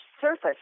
surface